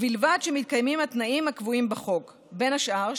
ובלבד שמתקיימים התנאים הקבועים בחוק בין השאר,